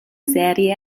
serie